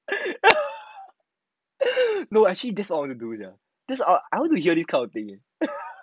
no actually this how we we do it I want to hear this type of thing